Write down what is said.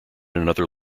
another